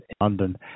London